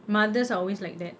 mothers are always like that